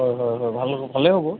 হয় হয় হয় ভাল হ ভালেই হ'ব